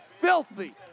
filthy